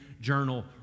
Journal